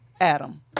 Adam